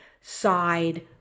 side